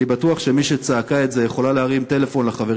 אני בטוח שמי שצעקה את זה יכולה להרים טלפון לחברים